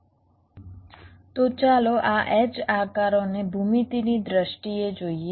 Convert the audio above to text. તો ચાલો આ H આકારોને ભૂમિતિની દ્રષ્ટિએ જોઈએ